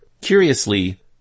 Curiously